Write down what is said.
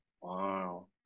wow